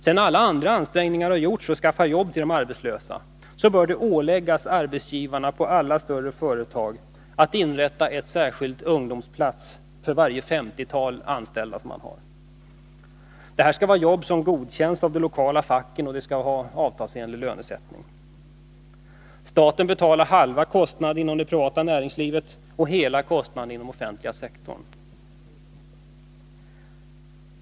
Sedan alla andra ansträngningar har gjorts att skaffa jobb till de arbetslösa, bör alla större företag åläggas att inrätta en särskild ungdomsplats för varje 50-tal anställda. Det skall vara jobb som godkänns av de lokala facken, och det skall vara avtalsenlig lönesättning. Staten betalar halva kostnaden inom det privata näringslivet och hela kostnaden inom den offentliga sektorn.